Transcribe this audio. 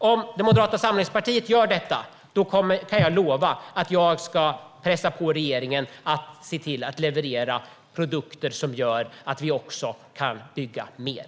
Om Moderata samlingspartiet gör detta kan jag lova att jag ska pressa på regeringen att se till att leverera produkter som gör att vi kan bygga mer.